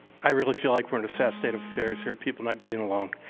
i really feel like we're in a sad state of affairs here, people not getting along.